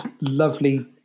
lovely